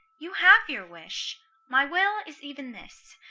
you have your wish my will is even this,